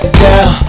girl